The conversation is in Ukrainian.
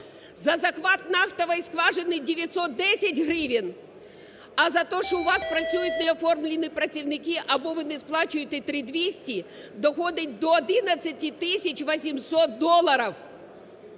За захват нафтової скважини – 910 гривень, а за те, що у вас працюють неоформлені працівники або ви не сплачуєте 3200, доходить до 11 тисяч 800 доларів.